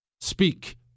Speak